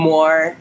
More